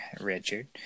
Richard